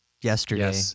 yesterday